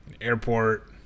airport